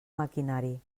maquinari